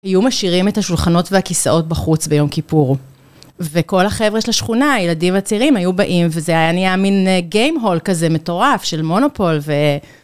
היו משאירים את השולחנות והכיסאות בחוץ ביום כיפור וכל החבר'ה של השכונה, הילדים והצעירים היו באים וזה היה נהיה מן game hall כזה מטורף של מונופול ו...